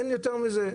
אין יותר מזה.